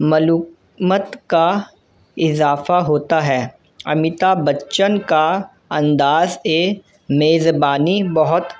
معلومات کا اضافہ ہوتا ہے امیتابھ بچن کا انداز میزبانی بہت